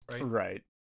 Right